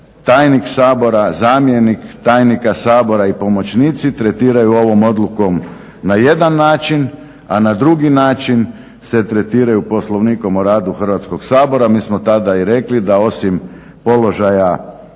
tajnik Sabora, zamjenik tajnika Sabora i pomoćnici tretiraju ovom odlukom na jedan način, a na drugi način se tretiraju Poslovnikom o radu Hrvatskog sabora. Mi smo tada i rekli da osim položaja